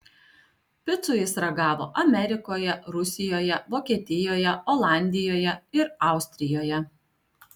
picų jis ragavo amerikoje rusijoje vokietijoje olandijoje ir austrijoje